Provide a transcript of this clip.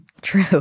True